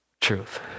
truth